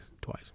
Twice